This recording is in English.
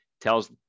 tells